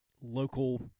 local